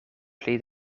pli